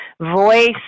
voice